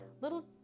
little